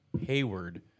Hayward